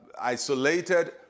isolated